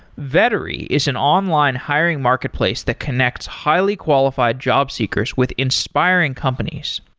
vettery is an online hiring marketplace that connects highly qualified jobseekers with inspiring companies.